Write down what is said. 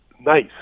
nice